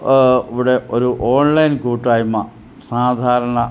ഇവിടെ ഒരു ഓൺലൈൻ കൂട്ടായ്മ സാധാരണ